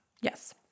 Yes